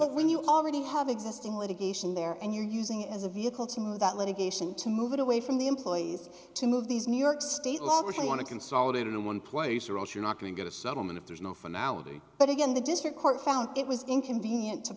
brooklyn you already have existing litigation there and you're using it as a vehicle to move that litigation to move it away from the employees to move these new york state law but i want to consolidate in one place or else you're not going to get a settlement if there's no finale but again the district court found it was inconvenient to